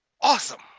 awesome